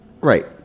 Right